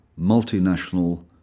multinational